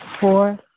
Four